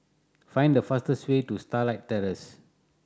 find the fastest way to Starlight Terrace